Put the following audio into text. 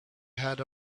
had